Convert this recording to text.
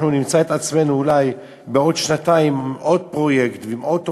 אנחנו נמצא את עצמנו אולי בעוד שנתיים עם עוד פרויקט ועם עוד תוכניות.